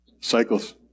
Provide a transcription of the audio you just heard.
cycles